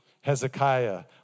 Hezekiah